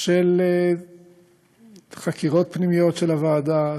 של חקירות פנימיות של הוועדה,